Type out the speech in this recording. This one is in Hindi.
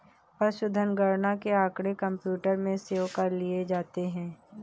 पशुधन गणना के आँकड़े कंप्यूटर में सेव कर लिए जाते हैं